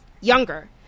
younger